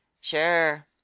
Sure